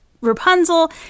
Rapunzel